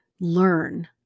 learn